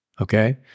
Okay